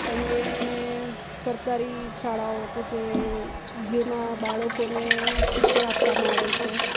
અને સરકારી શાળાઓ કે જે જેમાં બાળકોને શિક્ષણ આપવામાં આવે છે